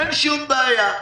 אין שום בעיה,